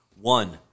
One